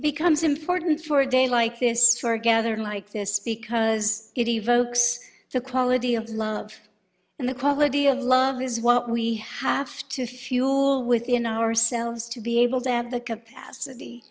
becomes important for a day like this for a gather like this because it evokes the quality of love and the quality of love is what we have to fuel within ourselves to be able to have the capacity